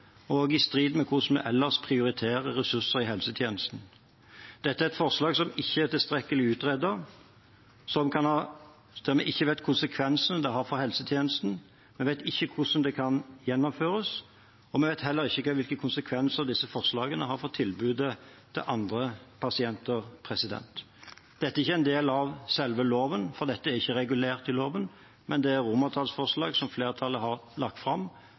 og er også i strid med hvordan vi ellers prioriterer ressurser i helsetjenesten. Dette er et forslag som ikke er tilstrekkelig utredet. Vi vet ikke konsekvensene det vil ha for helsetjenesten. Vi vet ikke hvordan det kan gjennomføres. Og vi vet heller ikke hvilke konsekvenser disse forslagene har for tilbudet til andre pasienter. Dette er ikke en del av selve loven, for det er ikke regulert i loven. Det er et romertallsforslag som flertallet har lagt fram,